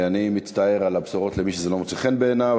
אני מצטער על הבשורות למי שזה לא מוצא חן בעיניו,